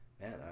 Man